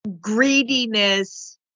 greediness